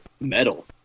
metal